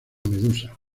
medusa